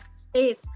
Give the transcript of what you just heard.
space